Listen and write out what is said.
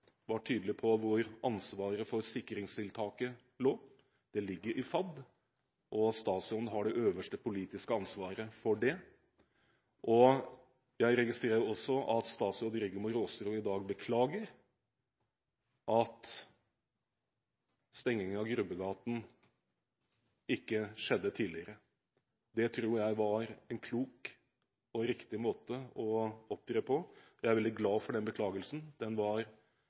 var tydelig på hvor ansvaret for sikringstiltaket lå – i FAD. Statsråden har det øverste politiske ansvaret for dette. Jeg registrerer også at statsråd Rigmor Aasrud i dag beklaget at stengingen av Grubbegata ikke skjedde tidligere. Det tror jeg var en klok og riktig måte å opptre på. Jeg er veldig glad for den beklagelsen, den var